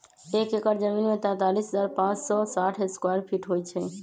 एक एकड़ जमीन में तैंतालीस हजार पांच सौ साठ स्क्वायर फीट होई छई